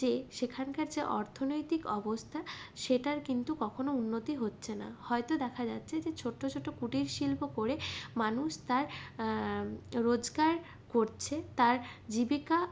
যে সেখানকার যে অর্থনৈতিক অবস্থা সেটার কিন্তু কখনো উন্নতি হচ্ছে না হয়তো দেখা যাচ্ছে যে ছোটো ছোটো কুটির শিল্প করে মানুষ তাঁর রোজগার করছে তাঁর জীবিকা